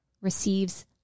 receives